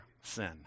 sin